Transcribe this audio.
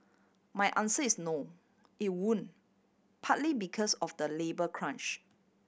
my answer is no it won't partly because of the labour crunch